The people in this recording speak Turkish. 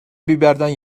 biberden